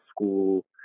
school